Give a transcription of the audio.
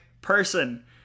person